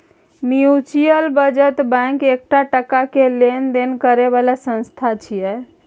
mutual बचत bank एकटा टका के लेब देब करे बला संस्था छिये